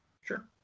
sure